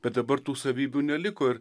bet dabar tų savybių neliko ir